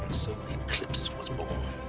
so the eclipse was born.